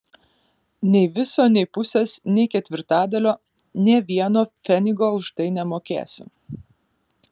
nei viso nei pusės nei ketvirtadalio nė vieno pfenigo už tai nemokėsiu